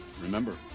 Remember